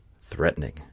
Threatening